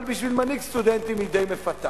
אבל בשביל מנהיג סטודנטים היא די מפתה.